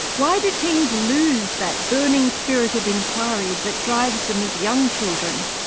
why do our teens lose that burning spirit of enquiry that drives them as young children?